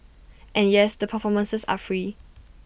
and yes the performances are free